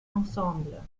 ensemble